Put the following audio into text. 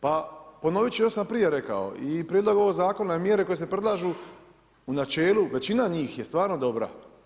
Pa ponovit ću, još sam prije rekao i Prijedlog ovog Zakona, mjere koje se predlažu u načelu većina njih je stvarno dobra.